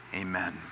amen